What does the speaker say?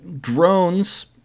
Drones